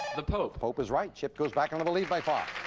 the pope. pope is right. chip goes back into the lead by five